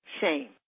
shame